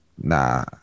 nah